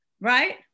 right